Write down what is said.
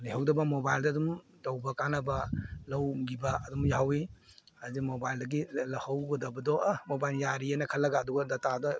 ꯂꯩꯍꯧꯗꯕ ꯃꯣꯕꯥꯏꯜꯗ ꯑꯗꯨꯝ ꯇꯧꯕ ꯀꯥꯟꯅꯕ ꯂꯧꯒꯤꯕ ꯑꯗꯨꯝ ꯌꯥꯎꯏ ꯍꯥꯏꯗꯤ ꯃꯣꯕꯥꯏꯜꯗꯒꯤ ꯂꯧꯍꯧꯒꯗꯕꯗꯣ ꯃꯣꯕꯥꯏꯜ ꯌꯥꯔꯤꯅ ꯈꯜꯂꯒ ꯑꯗꯨꯒ ꯗꯥꯇꯥꯗꯣ